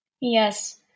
Yes